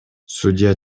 судья